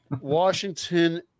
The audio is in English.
Washington